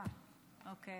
אה, אוקיי.